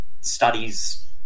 studies